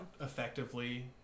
effectively